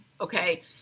okay